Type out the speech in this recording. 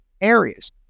areas